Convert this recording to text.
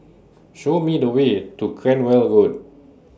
Show Me The Way to Cranwell Road